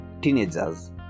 teenagers